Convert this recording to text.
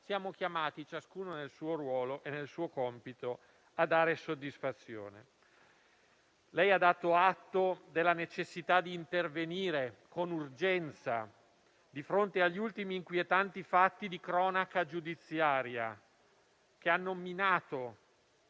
siamo chiamati, ciascuno nel suo ruolo e nel suo compito, a dare soddisfazione. Lei ha dato atto della necessità di intervenire con urgenza di fronte agli ultimi inquietanti fatti di cronaca giudiziaria, che hanno minato